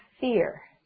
fear